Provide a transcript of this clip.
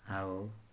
ଆଉ